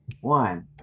One